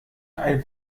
ein